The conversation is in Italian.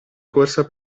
corsa